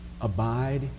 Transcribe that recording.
abide